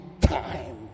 time